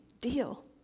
deal